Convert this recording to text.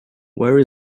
where